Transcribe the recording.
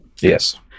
Yes